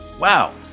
Wow